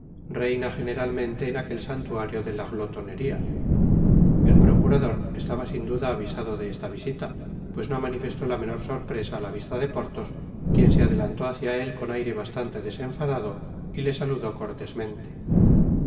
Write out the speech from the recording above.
reina generalmente en aquel santuario de la glotonería el procurador estaba sin duda avisado de esta visita pues no manifestó la menor sorpresa á la vista de porthos quien se adelantó hácia él con aire bastante desenfadado y le saludó cortesmente